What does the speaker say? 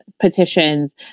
petitions